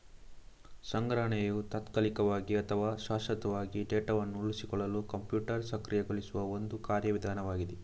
ಸಂಗ್ರಹಣೆಯು ತಾತ್ಕಾಲಿಕವಾಗಿ ಅಥವಾ ಶಾಶ್ವತವಾಗಿ ಡೇಟಾವನ್ನು ಉಳಿಸಿಕೊಳ್ಳಲು ಕಂಪ್ಯೂಟರ್ ಸಕ್ರಿಯಗೊಳಿಸುವ ಒಂದು ಕಾರ್ಯ ವಿಧಾನವಾಗಿದೆ